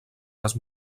les